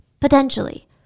Potentially